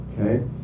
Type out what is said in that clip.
Okay